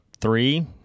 three